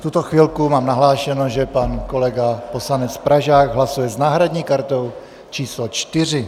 V tuto chvilku mám nahlášeno, že pan kolega poslanec Pražák hlasuje s náhradní kartou číslo 4.